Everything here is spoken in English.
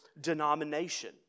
denomination